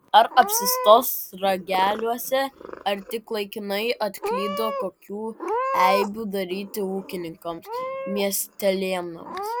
ar apsistos rageliuose ar tik laikinai atklydo kokių eibių daryti ūkininkams miestelėnams